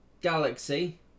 Galaxy